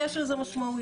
יש לזה משמעויות.